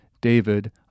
David